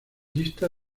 lista